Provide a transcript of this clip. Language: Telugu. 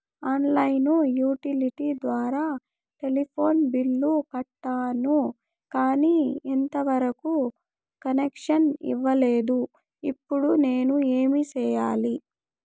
ఆన్ లైను యుటిలిటీ ద్వారా టెలిఫోన్ బిల్లు కట్టాను, కానీ ఎంత వరకు కనెక్షన్ ఇవ్వలేదు, ఇప్పుడు నేను ఏమి సెయ్యాలి?